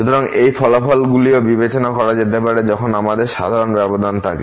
সুতরাং এই ফলাফল গুলিও বিবেচনা করা যেতে পারে যখন আমাদের সাধারণ ব্যবধান থাকে